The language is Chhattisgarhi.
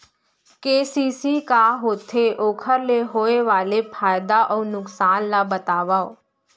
के.सी.सी का होथे, ओखर ले होय वाले फायदा अऊ नुकसान ला बतावव?